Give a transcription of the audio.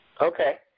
Okay